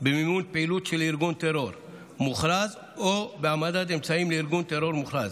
במימון פעילות של ארגון טרור מוכרז או בהעמדת אמצעים לארגון טרור מוכרז,